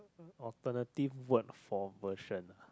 alternative word for version